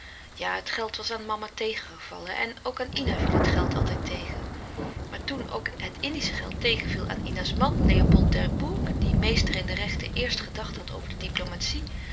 ja het geld was aan mama tegengevallen en ook aan ina viel het geld altijd tegen maar toen ook het indische geld tegenviel aan ina's man leopold d'herbourg die meester in de rechten eerst gedacht had over de diplomatie